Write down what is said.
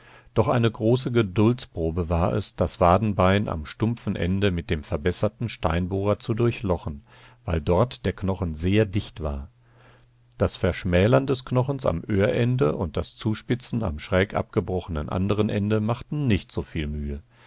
doch eine große geduldsprobe war es das wadenbein am stumpfen ende mit dem verbesserten steinbohrer zu durchlochen weil dort der knochen sehr dicht war das verschmälern des knochens am öhr ende und das zuspitzen am schräg abgebrochenen anderen ende machten nicht so viel mühe